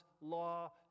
law